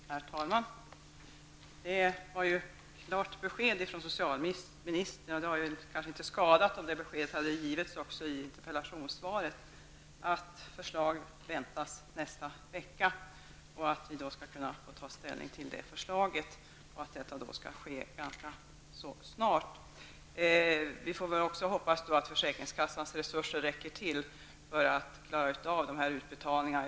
Herr talman! Det var ett klart besked från socialministern. Det hade kanske inte skadat om detta besked hade lämnats också i interpellationssvaret, nämligen att det väntas ett förslag under nästa vecka som vi skall ta ställning till. Vi hoppas att försäkringskassan resurser är tillräckliga för att man skall klara utbetalningarna.